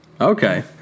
Okay